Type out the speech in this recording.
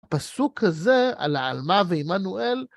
פסוק זה על העלמה ועמנואל